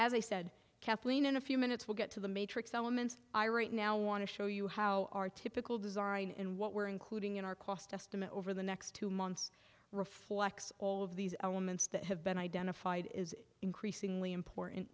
as i said kathleen in a few minutes we'll get to the matrix elements i right now want to show you how our typical design and what we're including in our cost estimate over the next two months reflects all of these elements that have been identified as increasingly important